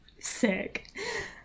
Sick